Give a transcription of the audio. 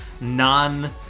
non